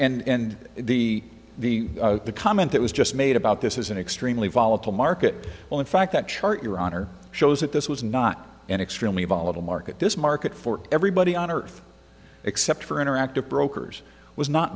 and the the the comment that was just made about this is an extremely volatile market well in fact that chart your honor shows that this was not an extremely volatile market this market for everybody on earth except for interactive brokers was not